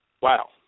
wow